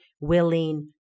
willing